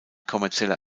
kommerzieller